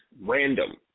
random